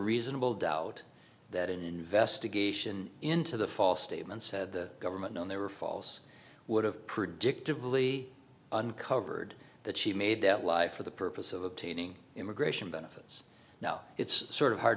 reasonable doubt that an investigation into the false statement said the government known they were false would have predictably uncovered that she made that lie for the purpose of obtaining immigration benefits now it's sort of hard